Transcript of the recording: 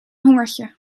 hongertje